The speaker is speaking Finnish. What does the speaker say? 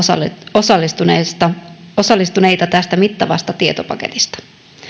osallistuneita osallistuneita tästä mittavasta tietopaketista